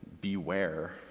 beware